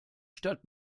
stadt